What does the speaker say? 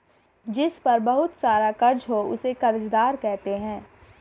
जिस पर बहुत सारा कर्ज हो उसे कर्जदार कहते हैं